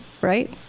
right